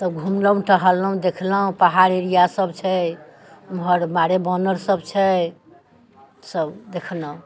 तऽ घुमलहुँ टहलहुँ देखलहुँ पहाड़ एरिया सभ छै ओम्हर मारे वानर सभ छै सभ देखलहुँ